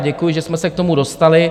Děkuji, že jsme se k tomu dostali.